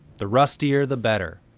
the rustier the better.